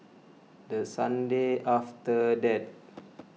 the sunday after that